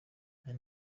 hari